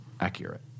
accurate